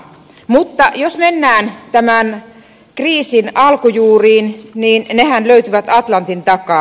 mutta jos mennään tämän kriisin alkujuuriin niin nehän löytyvät atlantin takaa